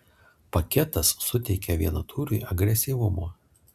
paketas suteikia vienatūriui agresyvumo